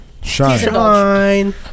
Shine